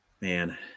Man